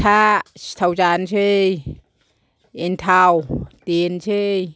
फिथा सिथाव जानोसै एनथाब देनोसै